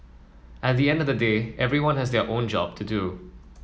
at the end of the day everyone has their own job to do